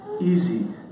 easy